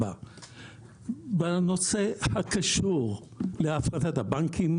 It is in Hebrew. בנושא הקשור להפרטת הדואר,